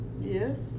Yes